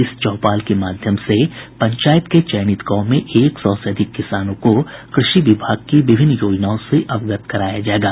इस चौपाल के माध्यम से पंचायत के चयनित गांव में एक सौ से अधिक किसानों को कृषि विभाग की योजनाओं से अवगत कराया जायेगा